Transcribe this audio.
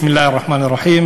בשם אלוהים הרחמן והרחום.